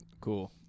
Cool